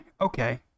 Okay